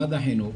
משרד החינוך